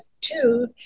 two